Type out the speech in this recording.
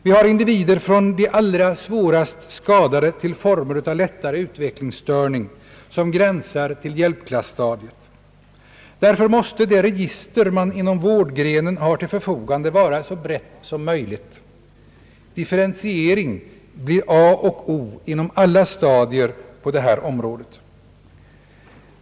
Vi har hela skalan från de allra svårast skadade till former av lättare utvecklingsstörning, som gränsar till hjälpklasstadiet. Därför måste det register man inom vårdgrenen har till förfogande vara så brett som möjligt. Differentiering blir A och O inom alla stadier på detta område.